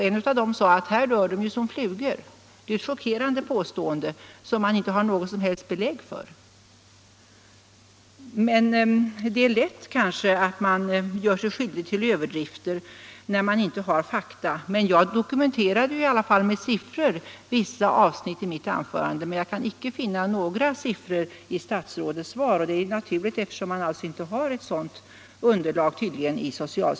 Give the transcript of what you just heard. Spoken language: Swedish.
En av dem sade: ”Här dör de ju som flugor.” Det är ett chockerande påstående som man inte har något som helst belägg för. När man inte har tillgång till fakta är det kanske lätt att man gör sig skyldig till överdrifter, men jag dokumenterade i alla fall vissa avsnitt i mitt anförande med siffror. I statsrådets svar kan jag emellertid inte finna några siffror, och det är kanske naturligt eftersom man i socialstyrelsen tydligen inte har något sådant underlag.